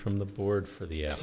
from the board for the